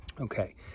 okay